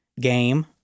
game